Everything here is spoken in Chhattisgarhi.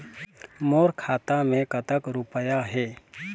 मोर खाता मैं कतक रुपया हे?